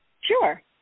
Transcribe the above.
Sure